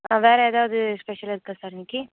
ஆ வேறு எதாவது ஸ்பெஷல் இருக்கா சார் இன்னிக்கு